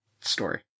story